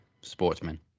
sportsmen